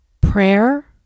prayer